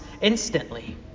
instantly